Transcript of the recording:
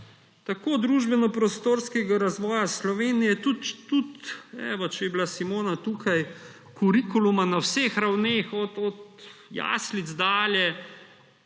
tako družbeno-prostorskega razvoja Slovenije kot tudi – evo, če bi bila Simona tukaj – kurikuluma na vseh ravneh, od jaslic dalje,